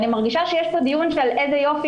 אני מרגישה שיש פה דיון שאומרים בו: איזה יופי,